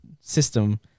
system